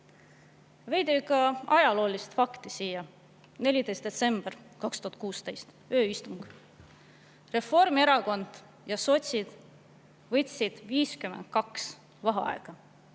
Üks ajalooline fakt siia ka. 14. detsember 2016, ööistung. Reformierakond ja sotsid võtsid 52 vaheaega.